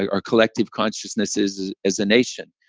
our collective consciousness is as a nation.